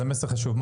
זה מסר חשוב.